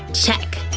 check!